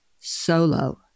solo